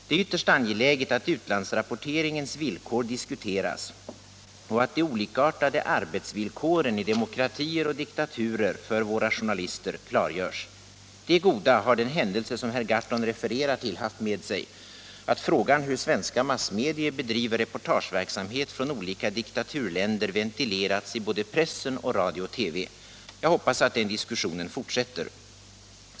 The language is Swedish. Det är ytterst angeläget att utlandsrapporteringens villkor diskuteras och att de olikartade arbetsvillkoren i demokratier och diktaturer för våra journalister klargörs. Det goda har den händelse som herr Gahrton refererar till haft med sig, att frågan hur svenska massmedier bedriver reportageverksamhet från olika diktaturländer ventilerats i såväl pressen som TV och radio. Jag hoppas att den diskussionen fortsätter.